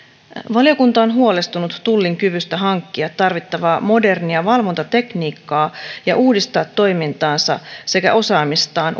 valiokunta on huolestunut tullin kyvystä hankkia tarvittavaa modernia valvontatekniikkaa ja uudistaa toimintaansa sekä osaamistaan